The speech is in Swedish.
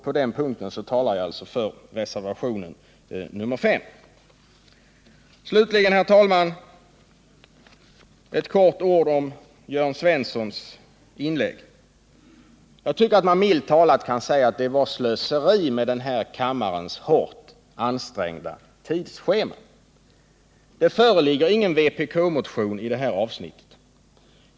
På den punkten talar jag alltså för reservationen 3 Slutligen, herr talman, några ord om Jörn Svenssons inlägg. Jag tycker att man milt talat kan säga att det var slöseri med kammarens hårt ansträngda tidsschema. Det föreligger ingen vpk-motion på detta avsnitt.